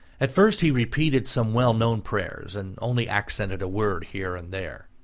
at first he repeated some well-known prayers, and only accented a word here and there.